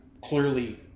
clearly